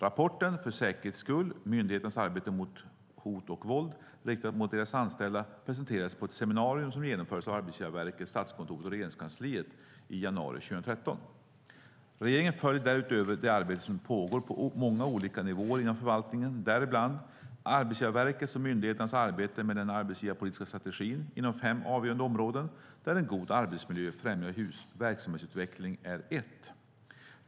Rapporten För säkerhets skull - om myndigheters arbete mot hot och våld riktat mot deras anställda presenterades på ett seminarium som genomfördes av Arbetsgivarverket, Statskontoret och Regeringskansliet i januari 2013. Regeringen följer därutöver det arbete som pågår på många olika nivåer inom förvaltningen. Arbetsgivarverket och myndigheterna bedriver ett arbete med den arbetsgivarpolitiska strategin inom fem avgörande områden, där "En god arbetsmiljö främjar verksamhetsutveckling" är ett.